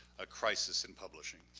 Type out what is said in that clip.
a crisis in publishing.